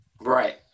Right